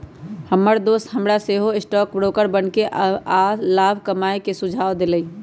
हमर दोस हमरा सेहो स्टॉक ब्रोकर बनेके आऽ लाभ कमाय के सुझाव देलइ